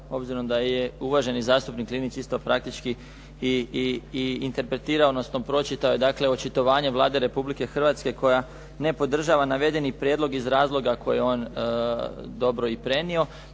obzirom da je uvaženi zastupnik Linić isto praktički i interpretirao odnosno pročitao dakle očitovanje Vlade Republike Hrvatske koja ne podržava navedeni prijedlog iz razloga koje je on dobro i prenio.